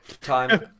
time